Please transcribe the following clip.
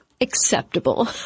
acceptable